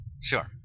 Sure